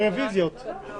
רוויזיה על